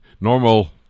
normal